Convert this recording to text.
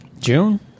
June